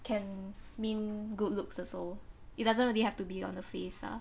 can mean good looks also it doesn't really have to be on the face ah